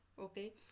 okay